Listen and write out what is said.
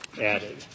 added